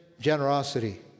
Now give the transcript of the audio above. generosity